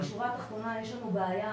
בשורה התחתונה יש לנו בעיה,